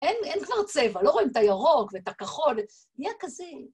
אין כבר צבע, לא רואים את הירוק ואת הכחול. נהיה כזה...